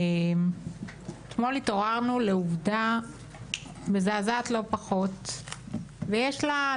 אתמול התעוררנו לעובדה מזעזעת לא פחות ויש לה,